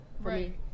Right